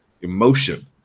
emotion